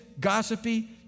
gossipy